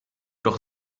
doch